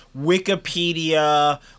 Wikipedia